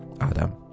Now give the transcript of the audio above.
Adam